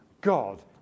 God